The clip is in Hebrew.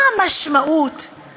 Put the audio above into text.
מה המשמעות של זה